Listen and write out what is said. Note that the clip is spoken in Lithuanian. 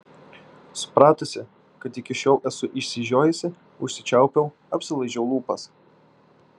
supratusi kad iki šiol esu išsižiojusi užsičiaupiau apsilaižiau lūpas